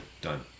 done